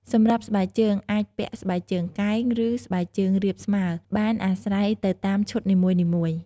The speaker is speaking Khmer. សម្រាប់ស្បែកជើងអាចពាក់ស្បែកជើងកែង ឬស្បែកជើងរាបស្មើបានអាស្រ័យទៅតាមឈុតនីមួយៗ